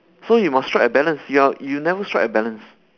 so you must strike a balance you're you never strike a balance